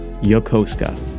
Yokosuka